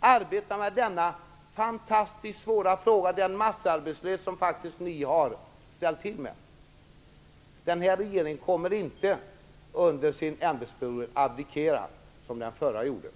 arbeta med oss med denna fantastiskt svåra fråga, denna massarbetslöshet som faktiskt ni har ställt till med. Den här regeringen kommer inte att abdikera under sin ämbetsperiod som den förra gjorde.